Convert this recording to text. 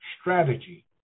strategy